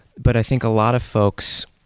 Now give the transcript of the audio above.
but i think a lot of folks,